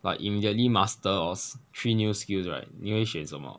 like immediately master all three new skills right 你会选什么